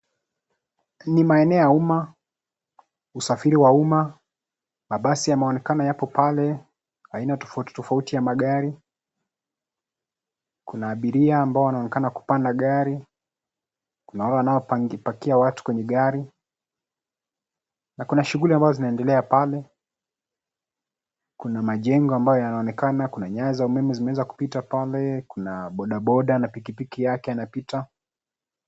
Ni maeneo ya umma, usafiri wa umma. Mabasi yameonekana yapo pale, aina tofauti tofauti ya magari. Kuna abiria ambao wanaonekana kupanda gari, kuna wale wanaopangi pakia watu kwenye gari, na kuna shuguli ambazo zinaendelea pale. Kuna majengo ambayo yanaonekana, kuna nyaya za umeme zimeweza kupita pale, kuna boda boda na pikipiki yake yanapita.